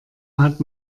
hat